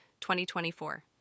2024